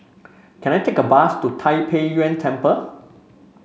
can I take a bus to Tai Pei Yuen Temple